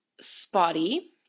spotty